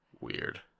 Weird